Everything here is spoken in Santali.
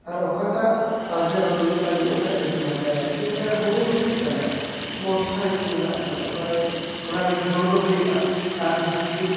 ᱟᱨ ᱚᱠᱟ ᱴᱟᱜ ᱟᱨᱡᱟᱣ ᱫᱩᱨᱤᱵᱽ ᱞᱟᱹᱜᱤᱫ ᱚᱠᱟ ᱴᱟᱜ ᱨᱤᱛᱩ ᱱᱟᱯᱟᱭᱟ ᱡᱮᱞᱮᱠᱟ ᱦᱳᱲᱳ ᱫᱚ ᱦᱩᱭᱩᱜ ᱠᱟᱱᱟ ᱵᱚᱨᱥᱟ ᱨᱤᱛᱩ ᱢᱮᱱᱟᱜ ᱟᱠᱟᱫᱟ ᱚᱱᱟ ᱨᱮ ᱚᱱᱟ ᱨᱮᱜᱮ ᱦᱳᱲᱳ ᱫᱚ ᱦᱩᱭᱩᱜᱼᱟ ᱟᱨ ᱱᱟᱦᱟᱜ ᱥᱤᱛ